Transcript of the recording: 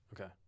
okay